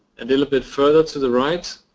and little bit further to the right.